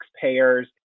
taxpayers